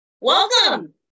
Welcome